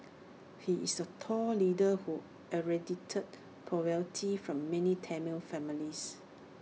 he is A tall leader who eradicated poverty from many Tamil families